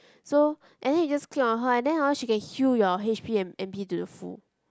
so and then you just click on her and then hor she can heal your H_P and M_P to the full